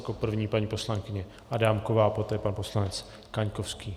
Jako první paní poslankyně Adámková, poté pan poslanec Kaňkovský.